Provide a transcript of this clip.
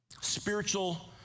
Spiritual